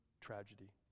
tragedy